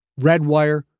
Redwire